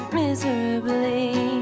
miserably